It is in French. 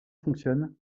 fonctionne